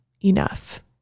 enough